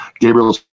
Gabriel